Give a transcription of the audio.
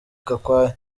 gakwaya